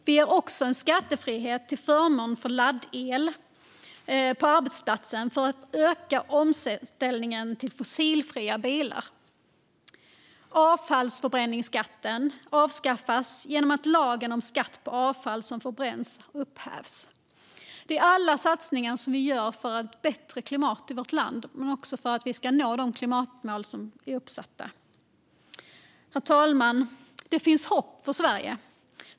Vi ger också skattefrihet för laddel på arbetsplatsen som förmån, för att öka omställningen till fossilfria bilar. Avfallsförbränningsskatten avskaffas genom att lagen om skatt på avfall som förbränns upphävs. Allt detta är satsningar vi gör för ett bättre klimat i vårt land och för att vi ska nå de uppsatta klimatmålen. Herr talman! Det finns hopp för Sverige.